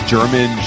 German